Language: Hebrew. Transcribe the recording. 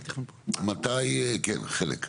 כן, חלק.